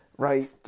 Right